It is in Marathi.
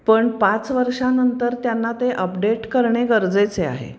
पण पाच वर्षांनंतर त्यांना ते अपडेट करणे गरजेचे आहे